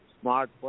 smart